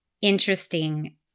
interesting